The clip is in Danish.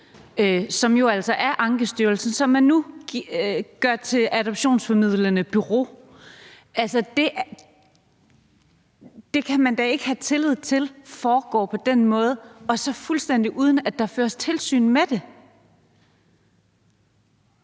som jo altså foretages af Ankestyrelsen, som man nu gør til et adoptionsformidlende bureau. Man kan da ikke have tillid til det, når det foregår på den måde, og så fuldstændig uden, at der føres tilsyn med det.